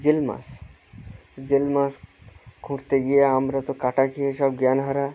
জিওল মাছ জিওল মাছ খুঁড়তে গিয়ে আমরা তো কাঁটা খেয়ে সব জ্ঞানহারা